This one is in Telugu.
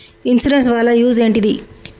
ఇన్సూరెన్స్ వాళ్ల యూజ్ ఏంటిది?